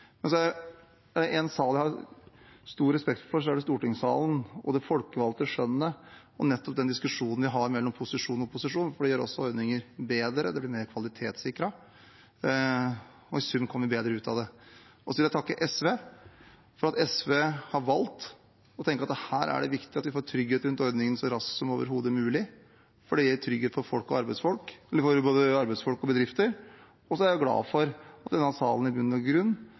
Er det én sal jeg har stor respekt for, er det stortingssalen, med det folkevalgte skjønnet og nettopp den diskusjonen vi har mellom posisjon og opposisjon, for det gjør ordninger bedre. De blir mer kvalitetssikret, og i sum kommer vi bedre ut av det. Jeg vil takke SV for at SV har valgt å tenke at det er viktig at vi får trygghet rundt ordningene så raskt som overhodet mulig, for det gir trygghet for både arbeidsfolk og bedrifter, og jeg er glad for at det i denne salen i bunn og grunn